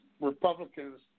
Republicans